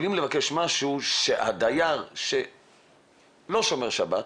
יכולים לבקש משהו שהדייר שלא שומר שבת,